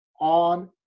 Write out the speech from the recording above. on